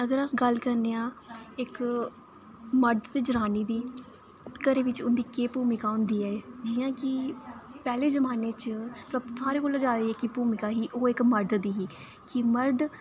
अगर अस गल्ल करने आं इक मर्द ते जनानी दी घरै बिच उं'दी केह् भूमिका होंदी ऐ एह् जि'यां कि पैहले जमाने च सारें कोला ज्यादा जेह्की भूमिका ही ओह् इक मर्द दी ही कि मर्द